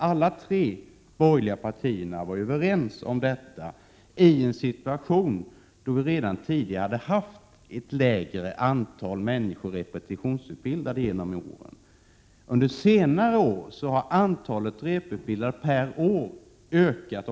Alla de tre borgerliga partierna var överens om detta i en situation där vi tidigare hade haft ett lägre antal repetitionsutbildade genom åren. Under senare år har antalet repetitionsutbildade per år ökat.